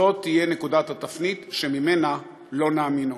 זאת תהיה נקודת התפנית שממנה לא נאמין עוד.